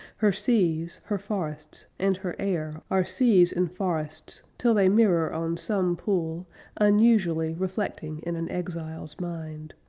her seas, her forests, and her air are seas and forests till they mirror on some pool unusually reflecting in an exile's mind,